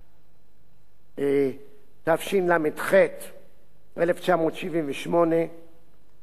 התשל"ח 1978. שר המשפטים היה שמואל תמיר,